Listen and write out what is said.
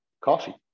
Coffee